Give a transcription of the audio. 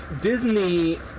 Disney